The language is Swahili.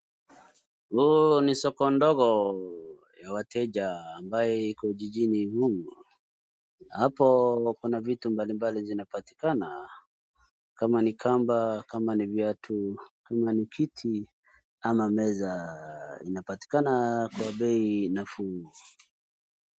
Huu ni soko ndogo ya wateja ambaye iko jijini humo. Hapo kuna vitu mbalimbali zinapatikana. Kama ni kamba, kama ni viatu, kama ni kiti ama meza inapatikana kwa bei nafuu.